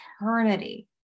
eternity